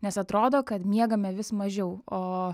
nes atrodo kad miegame vis mažiau o